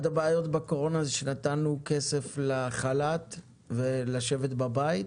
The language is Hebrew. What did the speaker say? אחת הבעיות בתקופת הקורונה היא שנתנו כסף לחל"ת לשבת בבית,